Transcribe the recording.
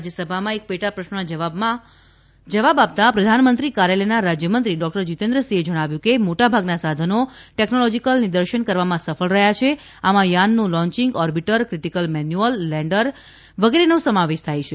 રાજ્યસભામાં એક પેટા પ્રશ્નમાં જવાબ આપતા પ્રધાનમંત્રી કાર્યાલયના રાજ્યમંત્રી ડોક્ટર જીતેન્દ્રસિંહે જણાવ્યું કે મોટાભાગના સાધનો ટેકનોલોજીકલ નિર્દશન કરવામાં સફળ રહ્યા છે આમાં યાનનું launching orbiter critical manual lander separation વગેરેનો સમાવેશ થાય છે